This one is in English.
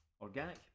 Organic